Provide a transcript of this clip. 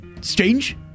strange